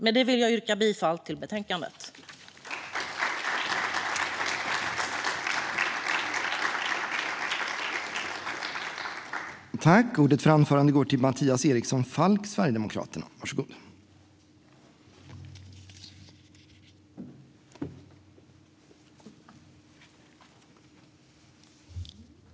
Med det vill jag yrka bifall till utskottets förslag i betänkandet.